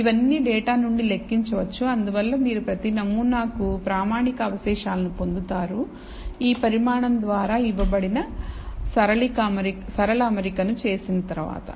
ఇవన్నీ డేటా నుండి లెక్కించవచ్చు అందువల్ల మీరు ప్రతి నమూనా కు ప్రామాణిక అవశేషాలను పొందుతారు ఈ పరిమాణం ద్వారా ఇవ్వబడిన సరళ అమరికను చేసిన తరువాత